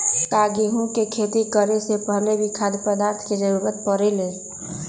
का गेहूं के खेती करे से पहले भी खाद्य पदार्थ के जरूरी परे ले?